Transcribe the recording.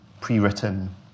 pre-written